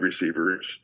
receivers